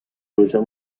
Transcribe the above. روشن